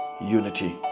unity